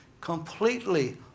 completely